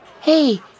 Hey